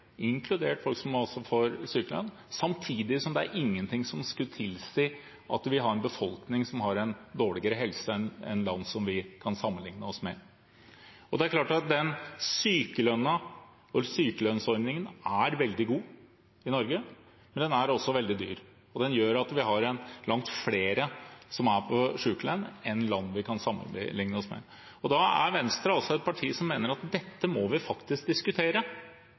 ingenting som skulle tilsi at vi har en befolkning som har en dårligere helse enn land som vi kan sammenligne oss med. Det er klart at sykelønnsordningen i Norge er veldig god, men den er også veldig dyr, og den gjør at vi har langt flere på sykelønn enn land vi kan sammenligne oss med. Da er Venstre et parti som mener at dette må vi faktisk diskutere.